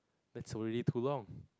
that's already too long